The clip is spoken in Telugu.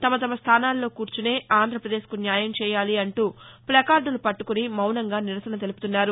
తమ తమ స్టానాలలో కూర్చునే ఆంధ్రప్రదేశ్కు న్యాయం చేయాలి అంటూ ప్లకార్డులు పట్టకొని మౌనంగా నిరసన తెలుపుతున్నారు